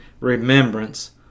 remembrance